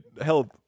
help